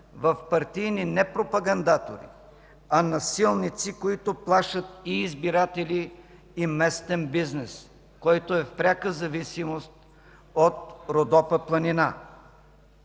в партийни не пропагандатори, а насилници, които плашат и избиратели, и местен бизнес, който е в пряка зависимост от Родопа планина.